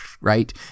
right